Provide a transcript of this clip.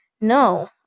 No